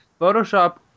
Photoshop